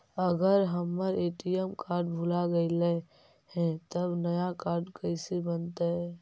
अगर हमर ATM card भुला गैलै हे तब नया काड कइसे बनतै?